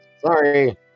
sorry